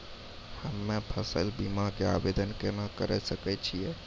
हम्मे फसल बीमा के आवदेन केना करे सकय छियै?